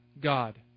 god